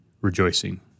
rejoicing